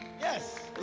Yes